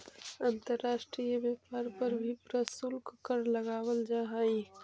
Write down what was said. अंतर्राष्ट्रीय व्यापार पर भी प्रशुल्क कर लगावल जा हई